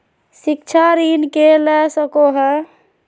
शिक्षा ऋण के ले सको है?